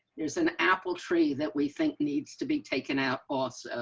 there's an apple tree that we think needs to be taken out us